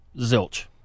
Zilch